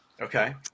Okay